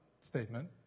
statement